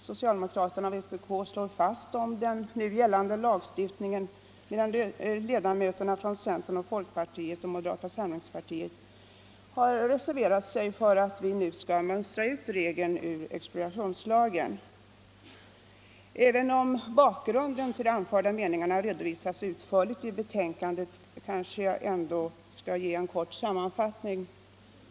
Socialdemokraterna och vpk slår vakt om gällande lagstiftning medan ledamöterna från centern, folkpartiet och moderata samlingspartiet reserverat sig för att vi nu skall mönstra ut regeln ur expropriationslagen. Även om bakgrunden till de anförda meningarna redovisats utförligt i betänkandet kanske jag ändå skall ge en kort sammanfattning.